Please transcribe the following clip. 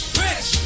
rich